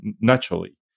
naturally